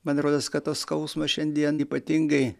man rodos kad tą skausmą šiandien ypatingai